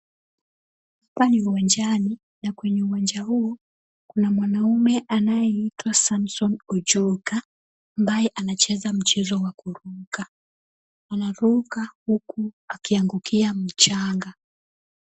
Hapa ni uwanjani na kwenye uwanja huu kuna mwanaume anayeitwa Samson Ojuka, ambaye anacheza mchezo wa kuruka. Anaruka huku akiangukia mchanga.